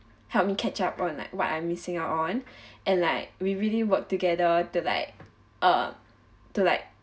help me catch up on like what I'm missing out on and like we really work together to like uh to like